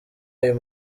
ayo